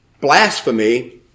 Blasphemy